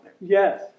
Yes